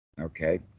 Okay